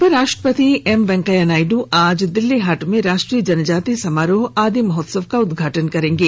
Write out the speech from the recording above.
उपराष्ट्रपति एम वेंकैया नायडू आज दिल्ली हाट में राष्ट्रीय जनजातीय समारोह आदि महोत्सव का उद्घाटन करेंगे